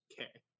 Okay